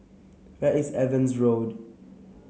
where is Evans Road